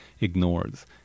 ignores